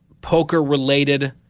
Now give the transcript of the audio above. poker-related